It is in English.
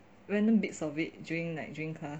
random bits of it during like during class